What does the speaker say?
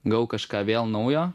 gavau kažką vėl naujo